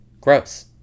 Gross